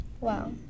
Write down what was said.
Wow